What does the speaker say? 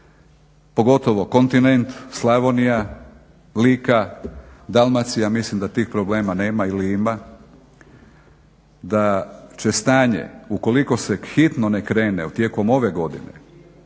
pogotovo kontinent, Slavonija, Lika, Dalmacija mislim da tih problema nema ili ima. Da će stanje ukoliko se hitno ne krene tijekom ove godine